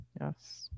yes